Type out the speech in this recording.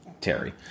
Terry